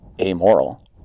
amoral